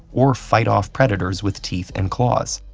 or fight off predators with teeth and claws,